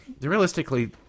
Realistically